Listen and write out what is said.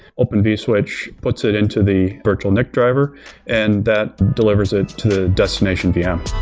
open vswitch puts it into the virtual nic driver and that delivers it to the destination vm.